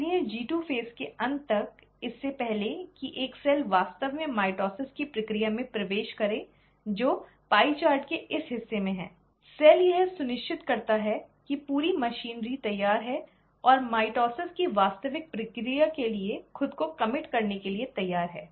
इसलिए जी 2 चरण के अंत तक इससे पहले कि एक सेल वास्तव में माइटोसिस की प्रक्रिया में प्रवेश करें जो पाई चार्ट के इस हिस्से में है सेल यह सुनिश्चित करता है कि पूरी मशीनरी तैयार है और माइटोसिस की वास्तविक प्रक्रिया के लिए खुद को प्रतिबद्ध करने के लिए तैयार है